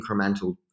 incremental